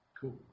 Cool